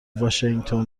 واشینگتن